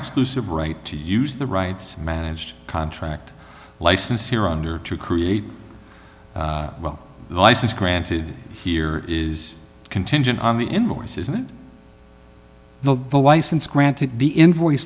exclusive right to use the rights managed contract license here under to create the license granted here is contingent on the invoice isn't it no the license granted the invoice